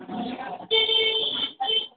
ہاں